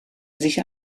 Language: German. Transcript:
sich